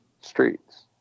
streets